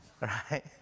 right